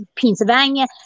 Pennsylvania